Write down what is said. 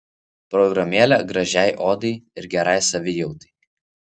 programėlė gražiai odai ir gerai savijautai